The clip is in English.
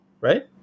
Right